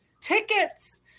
Tickets